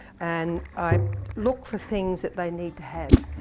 and i look for things that they need to have.